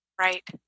Right